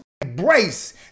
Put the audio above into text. embrace